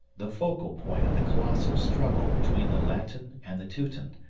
the focal point of the colossal struggle between the latin and the teuton,